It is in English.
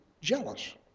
jealous